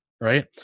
right